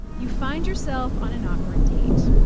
you find yourself on an awkward date.